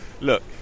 look